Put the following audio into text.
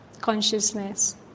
consciousness